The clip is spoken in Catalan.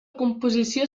composició